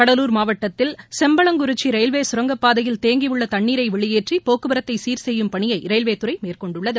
கடலூர் மாவட்டத்தில் செம்பளக்குறிச்சி ரயில்வே சுரங்கப்பாதையில் தேங்கியுள்ள தண்ணீரை வெளியேற்றி போக்குவரத்தை சீர் செய்யும் பணியை ரயில்வே துறை மேற்கொண்டுள்ளது